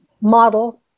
model